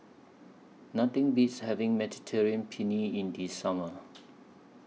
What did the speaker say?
Nothing Beats having Mediterranean Penne in The Summer